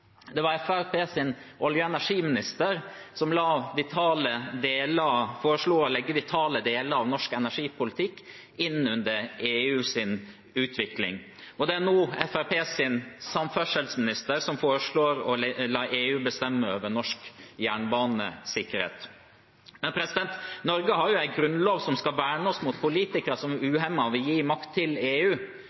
Det var Fremskrittspartiets olje- og energiminister som foreslo å legge vitale deler av norsk energipolitikk inn under EUs utvikling, og det er nå Fremskrittspartiets samferdselsminister som foreslår å la EU bestemme over norsk jernbanesikkerhet. Men Norge har en grunnlov som skal verne oss mot politikere som uhemmet vil gi makt til EU.